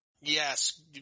Yes